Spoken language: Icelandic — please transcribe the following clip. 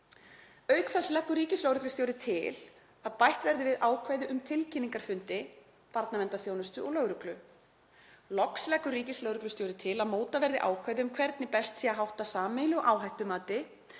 Auk þess leggur ríkislögreglustjóri til að bætt verði við ákvæði um tilkynningarfundi barnaverndarþjónustu og lögreglu. Loks leggur ríkislögreglustjóri til að mótað verði ákvæði um hvernig best sé að hátta sameiginlegu áhættumati,